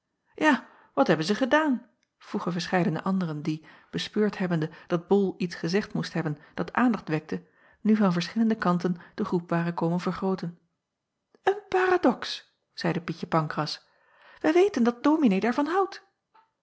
a wat hebben zij gedaan vroegen verscheidene anderen die bespeurd hebbende dat ol iets gezegd moest acob van ennep laasje evenster delen hebben dat aandacht wekte nu van verschillende kanten de groep waren komen vergrooten en paradox zeide ietje ancras wij weten dat ominee daarvan houdt